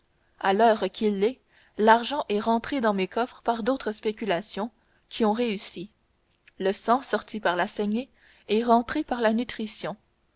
à l'heure qu'il est l'argent est rentré dans mes coffres par d'autres spéculations qui ont réussi le sang sorti par la saignée est rentré par la nutrition